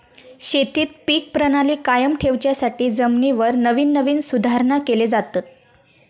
शेतीत पीक प्रणाली कायम ठेवच्यासाठी जमिनीवर नवीन नवीन सुधारणा केले जातत